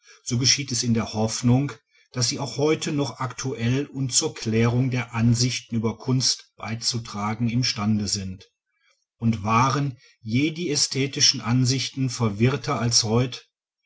so geschieht es in der hoffnung daß sie auch heute noch aktuell und zur klärung der ansichten über kunst beizutragen imstande sind und waren je die ästhetischen ansichten verwirrter als heut